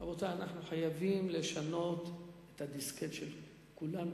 רבותי, אנחנו חייבים לשנות את הדיסקט של כולם.